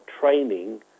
training